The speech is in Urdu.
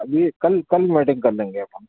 ابھی کل کل میٹنگ کر لیں گے اپن